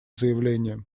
заявлением